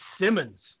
Simmons